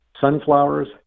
sunflowers